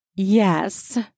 Yes